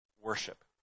worship